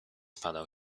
padał